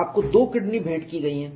आपको दो किडनी भेंट की गई हैं